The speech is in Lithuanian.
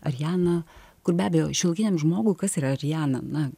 ariana kur be abejo šiuolaikiniam žmogui kas yra ariana na